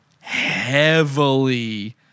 heavily